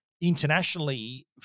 internationally